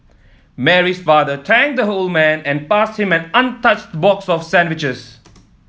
Mary's father thanked the old man and passed him an untouched box of sandwiches